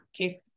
Okay